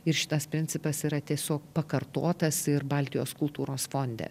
ir šitas principas yra tiesiog pakartotas ir baltijos kultūros fonde